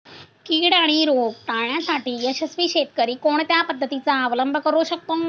कीड आणि रोग टाळण्यासाठी यशस्वी शेतकरी कोणत्या पद्धतींचा अवलंब करू शकतो?